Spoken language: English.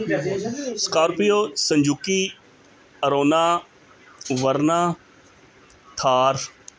scorpio Suzuki arena Verna Thar